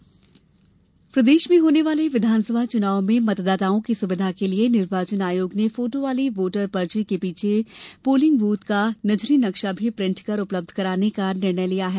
voter पर्ची booth नक्शा प्रदेश में होने वाले विधानसभा चुनाव में मतदाताओं की सुविधा के लिए निर्वाचन आयोग ने फोटो वाली वोटर पर्ची के पीछे पोलिंग बूथ का नजरी नक्शा भी प्रिंट कर उपलब्ध कराने का निर्णय लिया है